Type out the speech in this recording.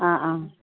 ആ ആ